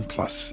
Plus